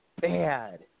bad